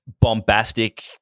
bombastic